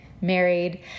married